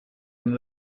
and